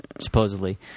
supposedly